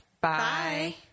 Bye